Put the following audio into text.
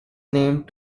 named